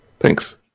Thanks